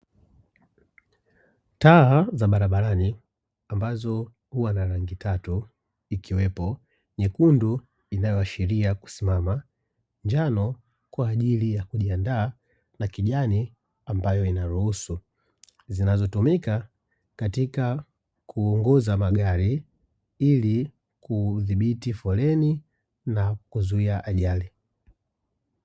Taa za barabarani, ambazo huwa na rangi tatu: ikiwepo nyekundu inayoashiria kusimama, njano kwa ajili ya kujiandaa na kijani ambayo inaruhusu, zinazotumika katika kuongoza magari ili kudhibiti foleni na kuzuia ajali.